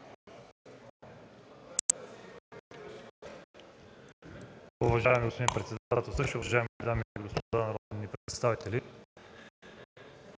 Уважаеми господин председателстващ, уважаеми дами и господа народни представители!